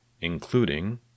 including